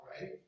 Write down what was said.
right